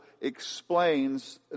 explains